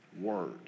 words